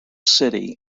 city